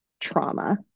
trauma